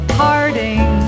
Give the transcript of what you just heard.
parting